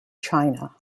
china